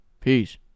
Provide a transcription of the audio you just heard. Peace